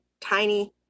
Tiny